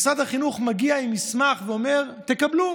משרד החינוך מגיע עם מסמך ואומר: תקבלו,